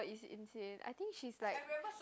but it's insane I think she is like